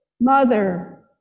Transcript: Mother